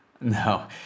no